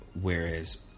Whereas